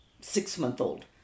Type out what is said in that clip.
six-month-old